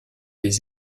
des